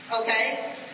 Okay